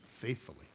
faithfully